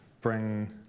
bring